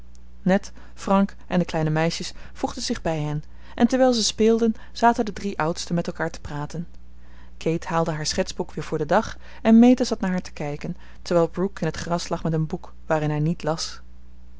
ned frank en de kleine meisjes voegden zich bij hen en terwijl ze speelden zaten de drie oudsten met elkaar te praten kate haalde haar schetsboek weer voor den dag en meta zat naar haar te kijken terwijl brooke in het gras lag met een boek waarin hij niet las